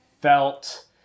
felt